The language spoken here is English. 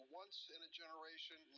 once-in-a-generation